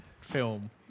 film